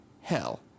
hell